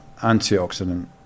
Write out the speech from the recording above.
antioxidant